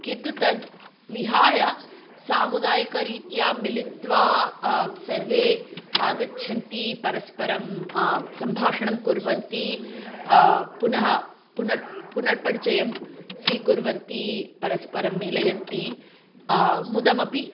किन्तु तत् विहाय सामुदायिकरीत्या मिलित्वा सर्वे आगच्छन्ति परस्परं सम्भाषणं कुर्वन्ति पुनः पुनः पुनः परिचयं स्वीकुर्वन्ति परस्परं मेलयन्ति मोदमपि